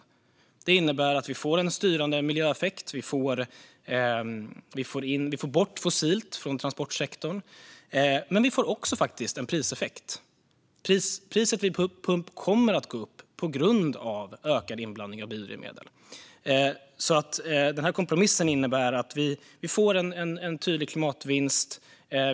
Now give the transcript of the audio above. Detta innebär att vi får en styrande miljöeffekt och får bort fossilt från transportsektorn, men vi får också en priseffekt - priset vid pump kommer att gå upp på grund av ökad inblandning av biodrivmedel. Denna kompromiss innebär att vi får en tydlig klimatvinst.